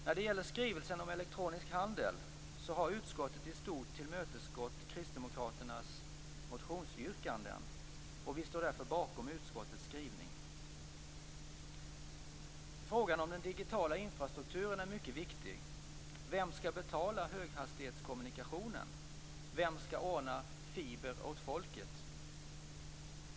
Vad gäller skrivelsen om elektronisk handel har utskottet i stort tillmötesgått kristdemokraternas motionsyrkanden, och vi står därför bakom utskottets skrivning. Frågan om den digitala infrastrukturen är mycket viktig. Vem skall betala höghastighetskommunikationen? Vem skall ordna med "fiber åt folket"?